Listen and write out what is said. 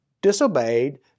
disobeyed